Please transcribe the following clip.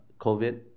COVID